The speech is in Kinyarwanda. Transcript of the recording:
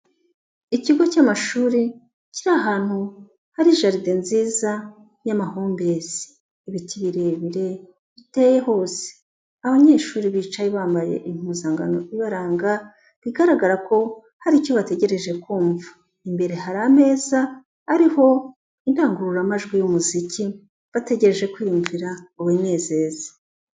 Ikigo cy'amashuri kiri ahantu hari jarid nziza y'amahumbezi, ibiti birebire biteye hose, abanyeshuri bicaye bambaye impuzankano ibaranga bigaragara ko hari icyo bategereje kumva, imbere hari ameza ariho indangururamajwi y'umuziki, bategereje kwiyumvira ubunyezeze.